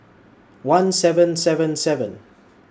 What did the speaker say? one seven seven seven